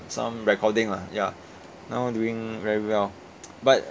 some recording lah ya now doing very well but